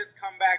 comeback